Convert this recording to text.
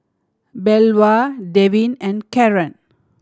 Belva Devin and Karan